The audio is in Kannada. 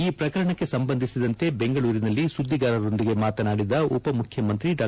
ಈ ಪ್ರಕರಣಕ್ಕೆ ಸಂಬಂಧಿಸಿದಂತೆ ಬೆಂಗಳೂರಿನಲ್ಲಿ ಸುದ್ದಿಗಾರರೊಂದಿಗೆ ಮಾತನಾಡಿದ ಉಪ ಮುಖ್ಯಮಂತ್ರಿ ಡಾ